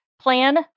plan